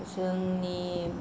जोंनि